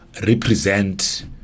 represent